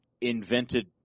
invented